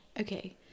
okay